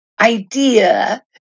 idea